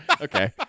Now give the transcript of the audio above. okay